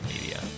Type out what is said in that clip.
media